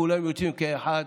כולם יוצאים כאחד,